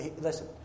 Listen